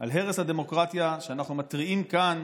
להרס הדמוקרטיה, שעליו אנחנו מתריעים כאן